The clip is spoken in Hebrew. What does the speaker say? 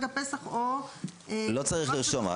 הפסח או רק בכפוף ל --- לא צריך לרשום,